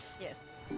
Yes